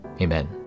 Amen